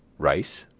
rice,